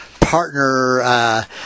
partner